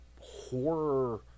horror